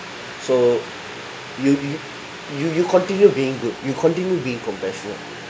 so you you you you continue being good you continue being compassionate